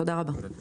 תודה רבה.